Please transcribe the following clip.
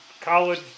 college